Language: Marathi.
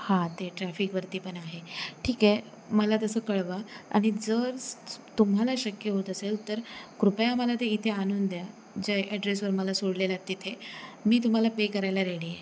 हा ते ट्रॅफिकवरती पण आहे ठीक आहे मला तसं कळवा आणि जर तुम्हाला शक्य होत असेल तर कृपया मला ते इथे आणून द्या ज्या ॲड्रेसवर मला सोडलेलंत तिथे मी तुम्हाला पे करायला रेडी आहे